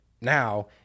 now